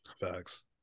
Facts